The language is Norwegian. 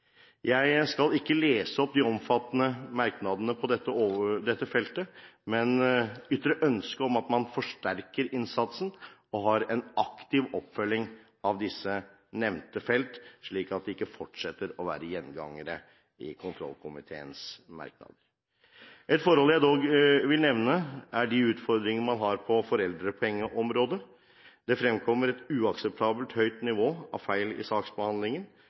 Jeg skal ikke lese opp de omfattende merknadene på dette feltet, men ytrer ønske om at man forsterker innsatsen og har en aktiv oppfølging av disse nevnte felt, slik at de ikke fortsetter å være gjengangere i kontrollkomiteens merknader. Et forhold jeg dog vil nevne, er de utfordringer man har på foreldrepengeområdet. Det fremkommer et uakseptabelt høyt nivå av feil i saksbehandlingen.